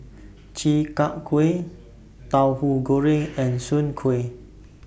Chi Kak Kuih Tauhu Goreng and Soon Kuih